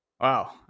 Wow